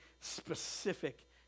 specific